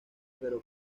pero